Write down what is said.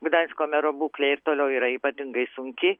gdansko mero būklė ir toliau yra ypatingai sunki